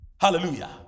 Hallelujah